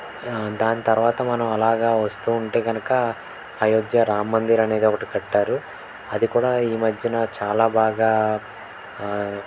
దాని తరువాత మనం అలాగా వస్తూ ఉంటే కనుక అయోధ్యరామ్ మందిర్ అనేది ఒకటి కట్టారు అది కూడా ఈ మధ్య చాలా బాగా